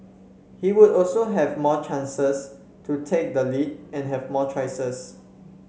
he would also have more chances to take the lead and have more choices